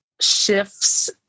shifts